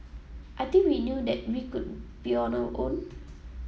I think we knew that we could be on our own